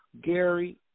Gary